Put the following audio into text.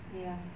ya